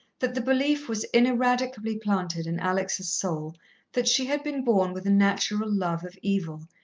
that the belief was ineradicably planted in alex' soul that she had been born with a natural love of evil,